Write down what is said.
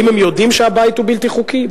האם הם יודעים שהבית הוא בלתי חוקי?